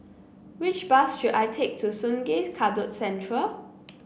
which bus should I take to Sungei Kadut Central